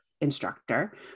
instructor